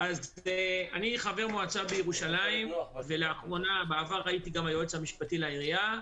אני חבר מועצה בירושלים ובעבר הייתי גם יועץ משפטי לעירייה.